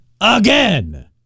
again